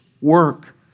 work